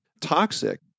toxic